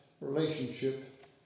relationship